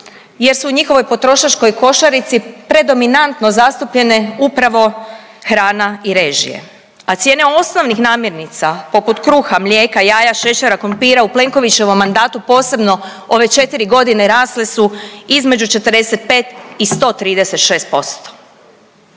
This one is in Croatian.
jer se u njihovoj potrošačkoj košarici predominantno zastupljene upravo hrana i režije, a cijene osnovnih namirnica poput kruha, mlijeka, jaja, šećera, kompira u Plenkovićevom mandatu posebno ove četiri godine rasle su između 45 i 136%.